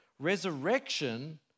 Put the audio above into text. resurrection